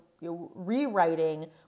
rewriting